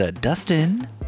Dustin